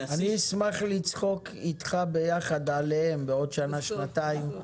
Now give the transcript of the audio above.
אשמח לצחוק אתך ביחד עליהם בעוד שנה שנתיים,